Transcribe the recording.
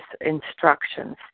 instructions